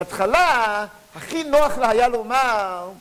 בהתחלה הכי נוח לה היה לומר